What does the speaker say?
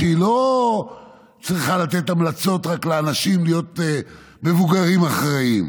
היא לא צריכה לתת רק המלצות לאנשים להיות מבוגרים אחראיים.